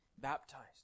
baptized